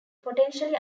potentially